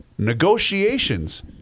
negotiations